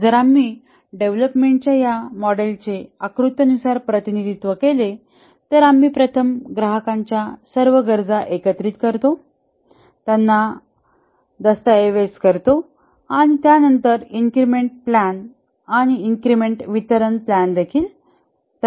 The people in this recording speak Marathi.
जर आम्ही डेव्हलपमेंट च्या या मॉडेलचे आकृत्यानुसार प्रतिनिधित्व केले तर आम्ही प्रथम ग्राहकांच्या सर्व गरजा एकत्रित करतो त्यांना दस्तऐवज करतो आणि त्यानंतर इन्क्रिमेंट प्लॅन आणि इन्क्रिमेंटल वितरण प्लॅन देखील तयार करतो